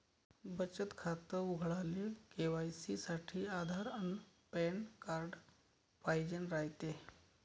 बचत खातं उघडाले के.वाय.सी साठी आधार अन पॅन कार्ड पाइजेन रायते